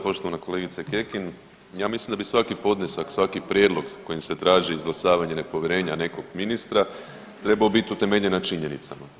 Poštovana kolegice Kekin ja mislim da bi svaki podnesak, svaki prijedlog sa kojim se traži izglasavanje nepovjerenja nekog ministra trebao biti utemeljen na činjenicama.